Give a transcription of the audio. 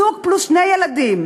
זוג פלוס שני ילדים,